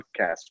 podcast